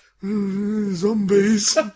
Zombies